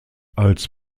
als